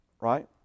right